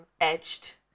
edged